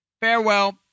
Farewell